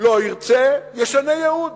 לא ירצה, ישנה ייעוד